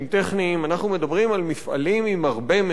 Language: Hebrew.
אנחנו מדברים על מפעלים עם הרבה מאוד עובדים,